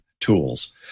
tools